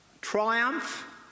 Triumph